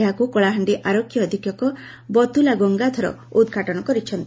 ଏହାକୁ କଳାହାଣ୍ଡି ଆରକ୍ଷୀ ଅଧିକ୍ଷକ ବତୁଲା ଗଙ୍ଗାଧର ଉଦ୍ଘାଟନ କରିଛନ୍ତି